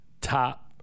top